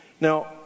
Now